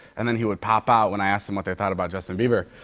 and then he would pop out when i asked them what they thought about justin bieber.